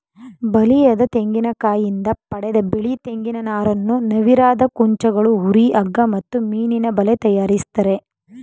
ಬಲಿಯದ ತೆಂಗಿನಕಾಯಿಂದ ಪಡೆದ ಬಿಳಿ ತೆಂಗಿನ ನಾರನ್ನು ನವಿರಾದ ಕುಂಚಗಳು ಹುರಿ ಹಗ್ಗ ಮತ್ತು ಮೀನಿನಬಲೆ ತಯಾರಿಸ್ತರೆ